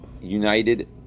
united